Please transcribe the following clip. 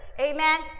amen